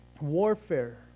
warfare